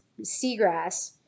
seagrass